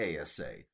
ASA